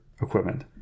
equipment